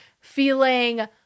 feeling